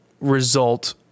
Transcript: result